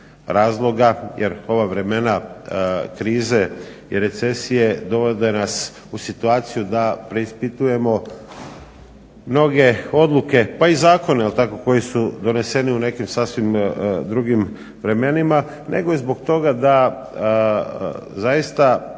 razloga jer ova vremena krize i recesije dovode nas u situaciju da preispitujemo mnoge odluke, pa i zakone koji su doneseni u nekim sasvim drugim vremenima nego i zbog toga da zaista